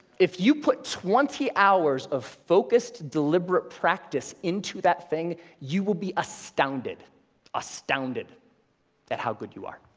if you put twenty hours of focused deliberate practice into that thing, you will be astounded astounded at how good you are.